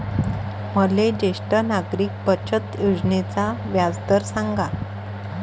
मले ज्येष्ठ नागरिक बचत योजनेचा व्याजदर सांगा